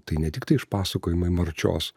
tai ne tiktai išpasakojimai marčios